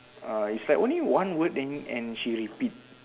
uh is like only one word then and she repeat